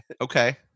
okay